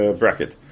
bracket